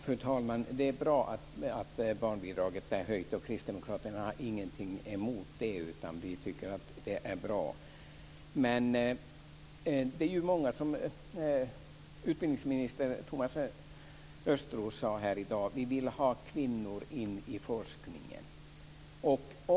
Fru talman! Det är bra att barnbidraget är höjt. Kristdemokraterna har ingenting emot det, utan vi tycker att det är bra. Utbildningsminister Thomas Östros sade i dag att vi vill ha kvinnor in i forskningen.